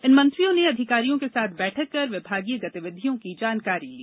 इन मंत्रियों ने अधिकारियों के साथ बैठक कर विभागीय गतिविधियों की जानकारी ली